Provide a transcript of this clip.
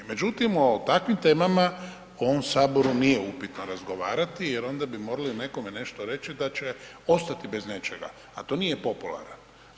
Međutim, o takvim temama u ovom saboru nije upitno razgovarati jer onda bi morali nekome nešto reći da će ostati bez nečega, a to nije popularno.